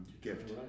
gift